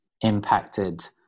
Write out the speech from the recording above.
impacted